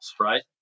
right